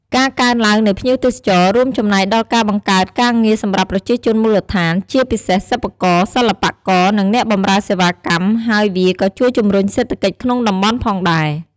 ការកើនឡើងនៃភ្ញៀវទេសចរ រួមចំណែកដល់ការបង្កើតការងារសម្រាប់ប្រជាជនមូលដ្ឋាន ជាពិសេសសិប្បករ សិល្បករ និងអ្នកបម្រើសេវាកម្ម ហើយវាក៏ជួយជំរុញសេដ្ឋកិច្ចក្នុងតំបន់ផងដែរ។